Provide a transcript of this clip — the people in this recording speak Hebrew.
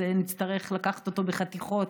אז נצטרך לקחת אותו בחתיכות,